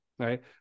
Right